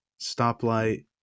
stoplight